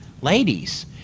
ladies